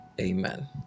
Amen